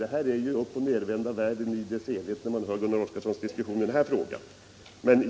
Det är ju uppochnedvända världen att höra Gunnar Oskarsons resonemang i den här frågan.